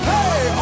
Hey